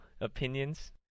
opinions